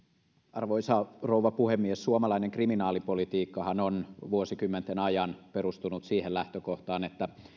arvoisa rouva puhemies suomalainen kriminaalipolitiikkahan on vuosikymmenten ajan perustunut siihen lähtökohtaan että